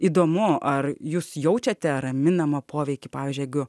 įdomu ar jūs jaučiate raminamą poveikį pavyzdžiui jeigu